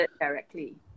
directly